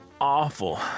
awful